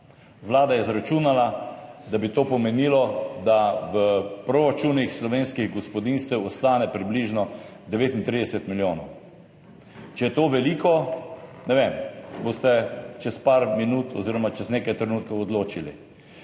Vlada je izračunala, da bi to pomenilo, da v proračunih slovenskih gospodinjstev ostane približno 39 milijonov. Če je to veliko, ne vem, boste čez nekaj trenutkov odločili.